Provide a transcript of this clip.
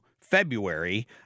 February